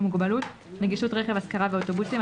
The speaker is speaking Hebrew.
מוגבלות (נגישות רכב השכרה ואוטובוסים),